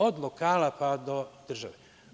Od lokala, pa do države.